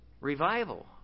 Revival